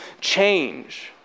change